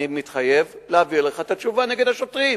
אני מתחייב להעביר לך את התשובה, נגד השוטרים,